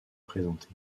présentée